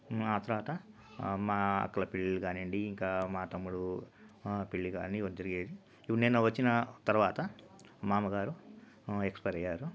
ఆ తర్వాత మా అక్కల పెళ్ళిళ్ళు గానీండి ఇంకా మా తమ్ముడు పెళ్ళి కాని వ జరిగేది ఇప్పుడు నేను వచ్చిన తర్వాత మా అమ్మగారు ఎక్స్పైర్ అయ్యారు